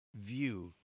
view